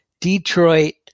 Detroit